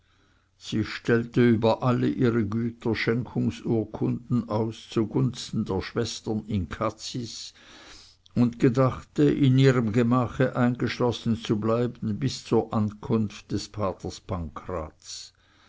sie stellte über alle ihre güter schenkungsurkunden aus zugunsten der schwestern in cazis und gedachte in ihrem gemache eingeschlossen zu bleiben bis zur ankunft des